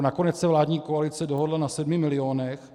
Nakonec se vládní koalice dohodla na 7 milionech.